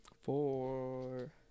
Four